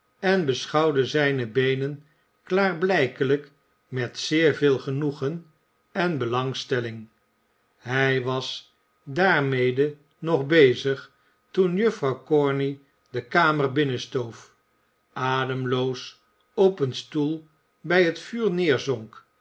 en beschouwde zijne beenen klaarblijkelijk met zeer veel genoegen en belangstelling hij was daarmede nog bezig toen juffrouw corney de kamer binnenstoof ademloos op een stoel bij het vuur